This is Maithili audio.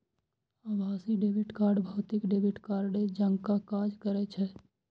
आभासी डेबिट कार्ड भौतिक डेबिट कार्डे जकां काज करै छै